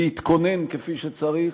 להתכונן כפי שצריך.